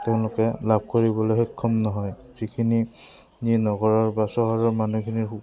তেওঁলোকে লাভ কৰিবলৈ সক্ষম নহয় যিখিনি নগৰৰ বা চহৰৰ মানুহখিনিৰ